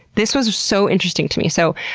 this was so interesting to me. so,